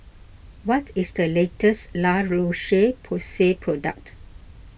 what is the latest La Roche Porsay product